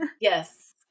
Yes